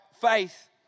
faith